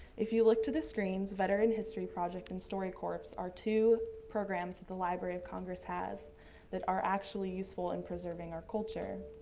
if you look to the screens, veteran history project and storycorps so are two programs that the library of congress has that are actually useful in preserving our culture.